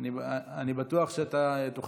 מחכים למוצא פיך.